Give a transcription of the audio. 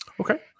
okay